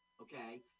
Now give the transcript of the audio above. Okay